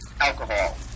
alcohol